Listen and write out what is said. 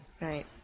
Right